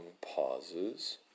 pauses